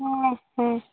ᱦᱮᱸ ᱦᱮᱸ